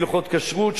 בהלכות כשרות,